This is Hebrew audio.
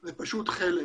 זה פשוט חלק.